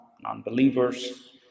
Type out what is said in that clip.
non-believers